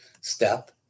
Step